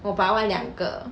我拔完两个